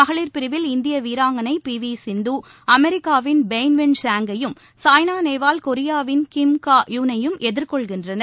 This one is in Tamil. மகளிர் பிரிவில் இந்திய வீராங்களை பி வி சிந்து அமெரிக்காவின் பெய்வென் ஷாங்கையும் சாய்னா நேவால் கொரியாவின் கிம் கா யூனையும் எதிர்கொள்கின்றனர்